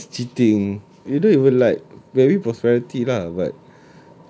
that's just cheating you don't even like maybe prosperity lah but